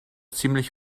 ziemlich